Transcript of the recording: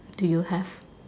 do you have